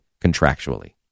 contractually